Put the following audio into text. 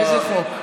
איזה חוק?